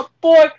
boy